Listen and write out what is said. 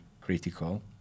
critical